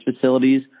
facilities